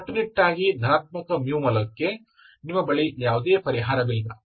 ಕಟ್ಟುನಿಟ್ಟಾಗಿ ಧನಾತ್ಮಕ μ ಮೌಲ್ಯಕ್ಕೆ ನಿಮ್ಮ ಬಳಿ ಯಾವುದೇ ಪರಿಹಾರವಿಲ್ಲ